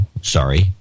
Sorry